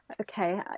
Okay